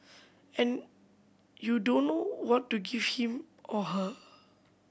and you don't know what to give him or her